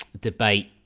debate